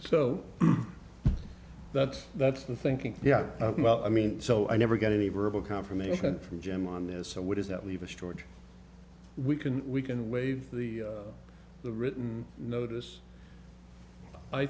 so that's that's the thinking yeah well i mean so i never got any verbal confirmation from jim on this so what does that leave us george we can we can waive the written notice i